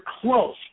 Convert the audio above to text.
close